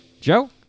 Joe